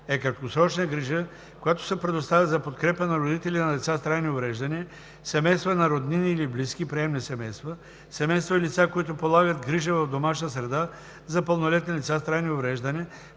е краткосрочна грижа, която се предоставя за подкрепа на родители на деца с трайни увреждания, семейства на роднини или близки, приемни семейства, семейства и лица, които полагат грижа в домашна среда за пълнолетни лица с трайни увреждания